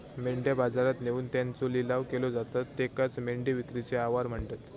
मेंढ्या बाजारात नेऊन त्यांचो लिलाव केलो जाता त्येकाचं मेंढी विक्रीचे आवार म्हणतत